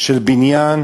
של בניין,